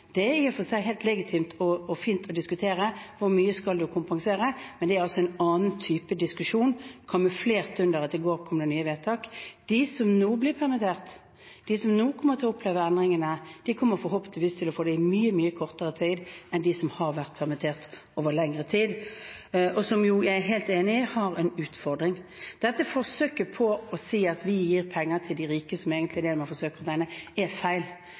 Det er i og for seg helt legitimt og fint å diskutere hvor mye man skal kompensere, men det er altså en annen type diskusjon, kamuflert bak at det i går kom nye vedtak. De som nå blir permittert, de som nå kommer til å oppleve endringene, kommer forhåpentligvis til å ha dem i mye kortere tid enn de som har vært permittert over lengre tid, og som jeg jo er helt enig i har en utfordring. Dette forsøket på å si at vi gir penger til de rike, som er det man egentlig forsøker å tegne, er feil.